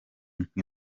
nk’i